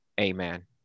Amen